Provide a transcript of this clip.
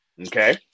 okay